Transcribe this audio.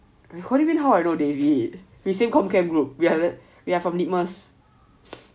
how I know david we the same com care group we are from litmus